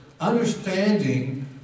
Understanding